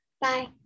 Bye